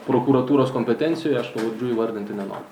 prokuratūros kompetencijoje aš pavardžių įvardinti neno